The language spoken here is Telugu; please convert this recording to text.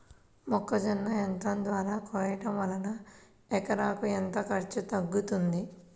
మొక్కజొన్న యంత్రం ద్వారా కోయటం వలన ఎకరాకు ఎంత ఖర్చు తగ్గుతుంది?